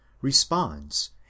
responds